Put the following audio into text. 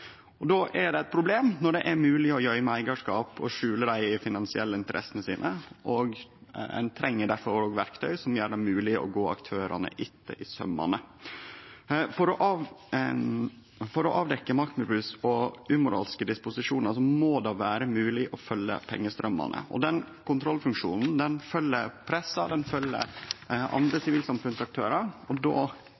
Då er det eit problem når det er mogleg å gøyme eigarskap og skjule dei finansielle interessene sine. Ein treng difor verktøy som gjer det mogleg å gå aktørane etter i saumane. For å avdekkje maktmisbruk og umoralske disposisjonar må det vere mogleg å følgje pengestraumane. Den kontrollfunksjonen følgjer pressa, den følgjer andre